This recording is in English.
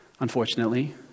Unfortunately